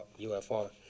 UFR